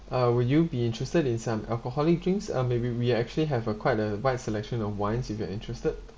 uh will you be interested in some alcoholic drinks uh maybe we actually have a quite a wide selection of wines if you are interested